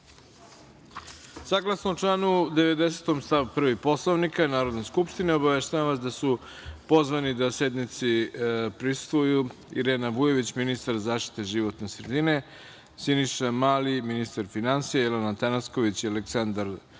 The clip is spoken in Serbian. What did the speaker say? SREDINISaglasno članu 90. stav 1. Poslovnika Narodne skupštine, obaveštavam vas da su pozvani da sednici prisustvuju: Irena Vujović, ministar zaštite životne sredine, Siniša Mali, ministar finansija i Jelena Tanasković i Aleksandar Dujanović,